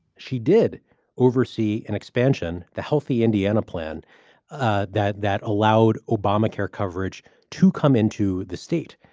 she did oversee an expansion, the healthy indiana plan ah that that allowed obamacare coverage to come into the state.